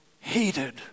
hated